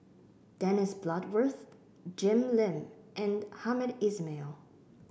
Dennis Bloodworth Jim Lim and Hamed Ismail